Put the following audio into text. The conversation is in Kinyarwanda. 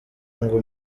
ngo